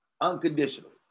unconditionally